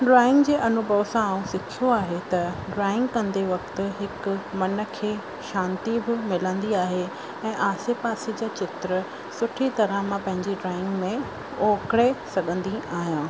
drawing जे अनुभव सां आउं सिखियो आहे त ड्रॉइंग कंदे वक़्तु हिकु मन खे शांति बि मिलंदी आहे ऐं आसे पासे जा चित्र सुठी तरह मां पंहिंजी ड्रॉइंग में ओकिडे सघंदी आहियां